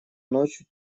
ночью